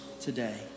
today